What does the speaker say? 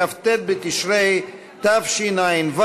כ"ט בתשרי התשע"ו,